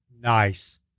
Nice